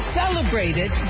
celebrated